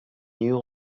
new